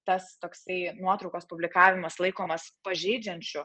tas toksai nuotraukos publikavimas laikomas pažeidžiančiu